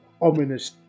ominous